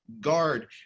guard